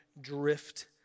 drift